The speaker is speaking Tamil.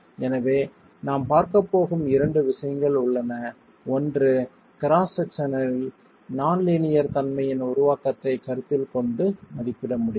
எனவே நாம் பார்க்கப்போகும் இரண்டு விஷயங்கள் உள்ளன ஒன்று கிராஸ் செக்ஷனில் நான் லீனியர் தன்மையின் உருவாக்கத்தைக் கருத்தில் கொண்டு மதிப்பிட முடியும்